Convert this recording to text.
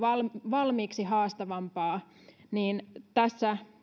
valmiiksi haastavampaa niin tässä